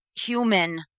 human